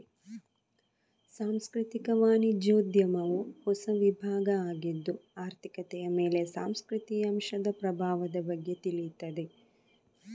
ಸಾಂಸ್ಕೃತಿಕ ವಾಣಿಜ್ಯೋದ್ಯಮವು ಹೊಸ ವಿಭಾಗ ಆಗಿದ್ದು ಆರ್ಥಿಕತೆಯ ಮೇಲೆ ಸಾಂಸ್ಕೃತಿಕ ಅಂಶದ ಪ್ರಭಾವದ ಬಗ್ಗೆ ತಿಳೀತದೆ